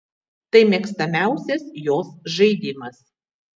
tai mėgstamiausias jos žaidimas